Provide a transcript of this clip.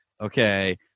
Okay